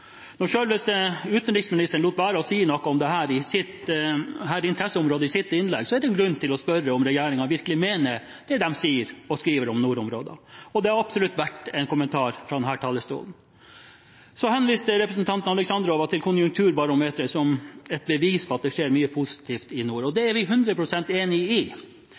Når selveste utenriksministeren lot være å si noe om dette interesseområdet i sitt innlegg, er det grunn til å spørre om regjeringen virkelig mener det de sier og skriver om nordområdene. Og det er absolutt verdt en kommentar fra denne talerstolen. Representanten Alexandrova henviste til konjunkturbarometeret som bevis på at det skjer mye positivt i nord, og det er vi hundre prosent enig i,